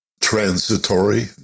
transitory